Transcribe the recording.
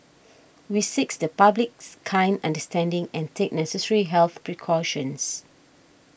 we seeks the public's kind understanding and take necessary health precautions